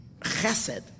Chesed